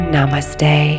Namaste